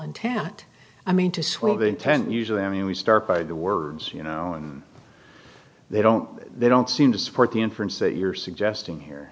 intent usually i mean we start by the words you know and they don't they don't seem to support the inference that you're suggesting here